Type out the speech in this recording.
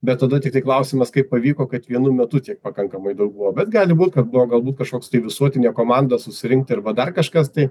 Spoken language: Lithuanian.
bet tada tiktai klausimas kaip pavyko kad vienu metu tiek pakankamai daug buvo bet gali būt kad buvo galbūt kažkoks tai visuotinė komanda susirinkti arba dar kažkas tai